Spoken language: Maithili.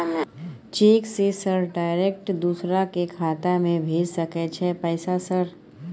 चेक से सर डायरेक्ट दूसरा के खाता में भेज सके छै पैसा सर?